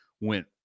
went